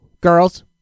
girls